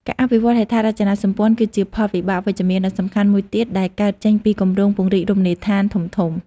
ការអភិវឌ្ឍហេដ្ឋារចនាសម្ព័ន្ធ គឺជាផលវិបាកវិជ្ជមានដ៏សំខាន់មួយទៀត ដែលកើតចេញពីគម្រោងពង្រីករមណីយដ្ឋានធំៗ។